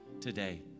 today